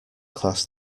class